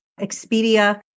Expedia